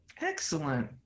Excellent